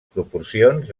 proporcions